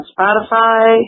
Spotify